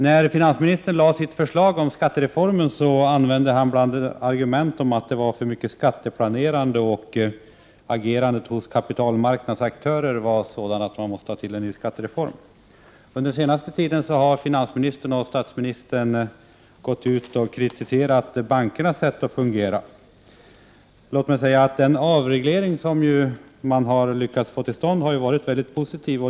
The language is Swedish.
När finansministern framlade sitt förslag till skattereform använde han argumentet att det för närvarande var för mycket av skatteplanerande och agerande från kapitalmarknadens aktörer inom ramen för nuvarande skattesystem. Under den senaste tiden har både finansministern och statsministern kritiserat bankernas sätt att fungera. Den avreglering som har kommit till stånd har varit mycket positiv.